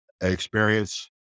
experience